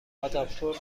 آداپتور